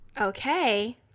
Okay